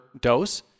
dose